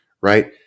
right